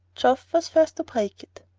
geoff was first to break it.